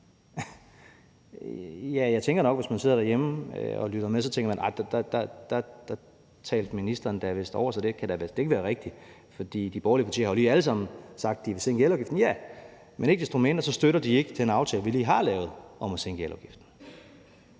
Jeg tænker, at hvis man sidder derhjemme og lytter med, tænker man nok, at der talte ministeren da vist over sig, det kan da vist ikke være rigtigt, for de borgerlige partier har jo lige alle sammen sagt, at de vil sænke elafgiften. Ja, men ikke desto mindre støtter de ikke den aftale, vi lige har lavet, om at sænke elafgiften.